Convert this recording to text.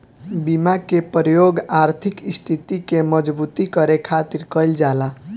बीमा के प्रयोग आर्थिक स्थिति के मजबूती करे खातिर कईल जाला